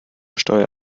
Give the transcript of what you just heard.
steuer